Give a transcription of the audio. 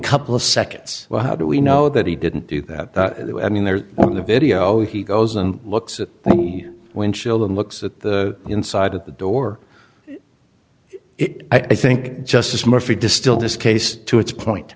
couple of seconds well how do we know that he didn't do that i mean there are the video he goes and looks at the windshield and looks at the inside at the door it i think justice murphy distilled this case to its point